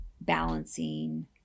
balancing